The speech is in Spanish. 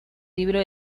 libro